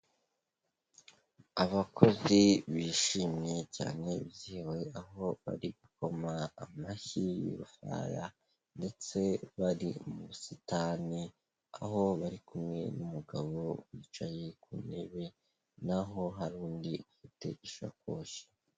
Abakozi bishimye cyane, aho bari gukoma amashyi y'rufaya ndetse bari mu busitani. Aho bari kumwe n'umugabo wicaye ku ntebe, naho hari undi ufite isakoshi.